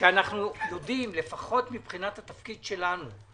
לפחות מבחינת התפקיד שלנו,